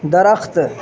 درخت